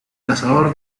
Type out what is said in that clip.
cazador